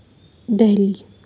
Delhi